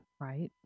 Right